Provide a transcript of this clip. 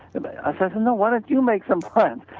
and i say, no, why don't you make some plan.